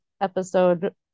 episode